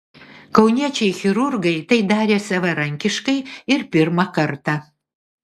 kauniečiai chirurgai tai darė savarankiškai ir pirmą kartą